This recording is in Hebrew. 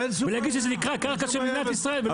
ולהגיד שזה נקרא קרקע של מדינת ישראל.